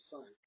Son